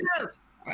yes